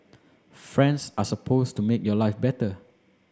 friends are supposed to make your life better